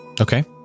Okay